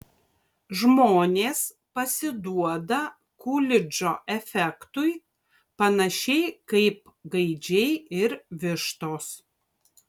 žmonės pasiduoda kulidžo efektui panašiai kaip gaidžiai ir vištos